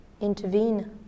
intervene